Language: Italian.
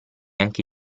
anche